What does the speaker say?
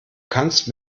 kannst